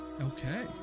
Okay